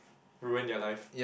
ruin their life